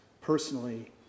personally